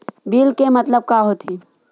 Bill के मतलब का होथे?